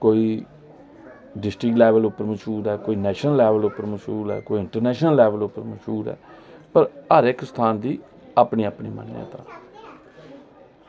कोई district level पर मश्हूर ऐ कोई नेशनल लेवल पर मश्हूर ऐ कोई इंटरनेशनल लेवल उप्पर मशहूर ऐ पर हर स्थान दी इक्क अपनी अपनी मान्यता